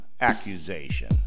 accusation